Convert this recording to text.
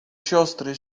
siostry